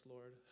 Lord